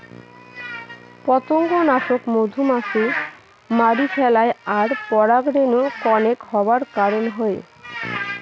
পতঙ্গনাশক মধুমাছি মারি ফেলায় আর পরাগরেণু কনেক হবার কারণ হই